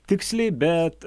tiksliai bet